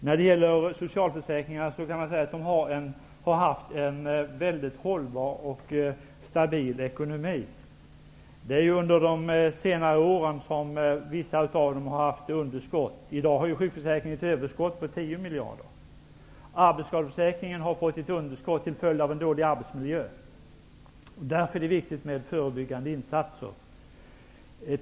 Man kan säga att socialförsäkringarna har haft en mycket hållbar och stabil ekonomi. Det är under de senare åren som vissa av dem har haft underskott. I dag har ju sjukförsäkringen ett överskott på 10 miljarder. Arbetsskadeförsäkringen har fått ett underskott till följd av en dålig arbetsmiljö. Därför är det viktigt med förebyggande insatser.